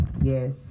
Yes